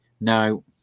no